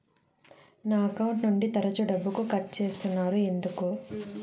నా అకౌంట్ నుండి తరచు డబ్బుకు కట్ సేస్తున్నారు ఎందుకు